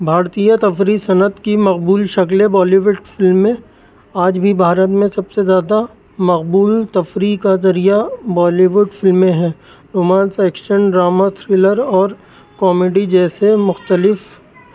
بھارتیہ تفریح صنعت کی مقبول شکلیں بالی ووڈ فلمیں آج بھی بھارت میں سب سے زیادہ مقبول تفریح کا ذریعہ بالی ووڈ فلمیں ہیں رومانس ایکشن ڈراما تھرلر اور کامیڈی جیسے مختلف